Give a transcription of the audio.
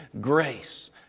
Grace